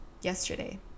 yesterday